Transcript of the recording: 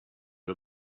you